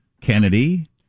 Kennedy